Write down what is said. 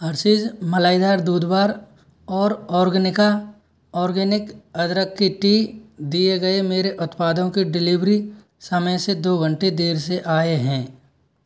Hershey's मलाईदार दूध bar और ऑर्गनिका ऑर्गेनिक अदरक की टी दिए गए मेरे उत्पादों की डिलिवरी समय से दो घंटे देर से आए हैं